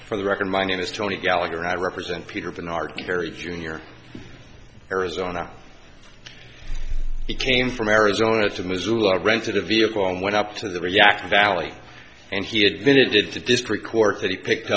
for the record my name is tony gallagher i represent peter bernard very junior arizona he came from arizona to missoula rented a vehicle and went up to the react valley and he admitted to district court that he picked